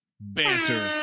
banter